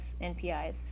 NPIs